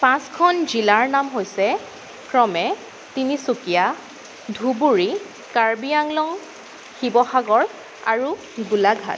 পাঁচখন জিলাৰ নাম হৈছে ক্ৰমে তিনিচুকীয়া ধুবুৰী কাৰ্বিআংলং শিৱসাগৰ আৰু গোলাঘাট